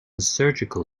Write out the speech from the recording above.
surgical